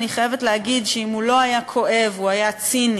אני חייבת להגיד שאם הוא לא היה כואב הוא היה ציני,